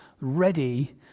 ready